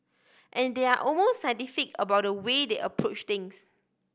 and they are almost scientific about the way they approach things